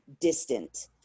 distant